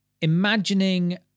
imagining